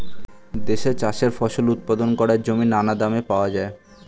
দেশে চাষের ফসল উৎপাদন করার জমি নানা দামে পাওয়া যায়